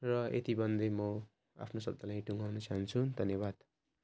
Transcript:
र यति भन्दै म आफ्नो शब्दलाई यहीँ टुङ्ग्याउन चाहन्छु धन्यवाद